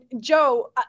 Joe